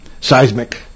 seismic